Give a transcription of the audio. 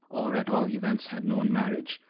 or at all events had known marriage,